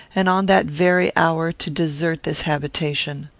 and, on that very hour, to desert this habitation.